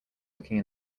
looking